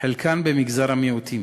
חלקן במגזר המיעוטים.